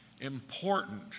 important